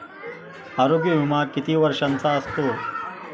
आरोग्य विमा किती वर्षांचा असतो?